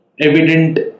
evident